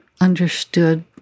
understood